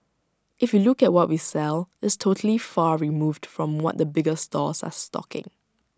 if you look at what we sell it's totally far removed from what the bigger stores are stocking